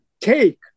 cake